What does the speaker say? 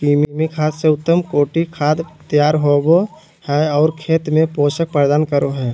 कृमि खाद से उत्तम कोटि खाद तैयार होबो हइ और खेत में पोषक प्रदान करो हइ